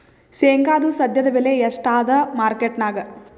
ಶೇಂಗಾದು ಸದ್ಯದಬೆಲೆ ಎಷ್ಟಾದಾ ಮಾರಕೆಟನ್ಯಾಗ?